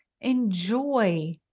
enjoy